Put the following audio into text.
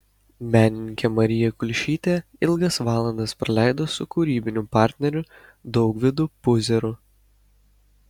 menininkė marija kulšytė ilgas valandas praleido su kūrybiniu partneriu daugvydu puzeru